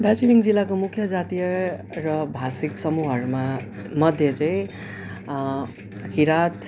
दार्जिलिङ जिल्लाको मुख्य जातीय र भाषिक समूहहरूमा मध्ये चाहिँ किराँत